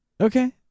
Okay